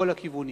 מכל הכיוונים.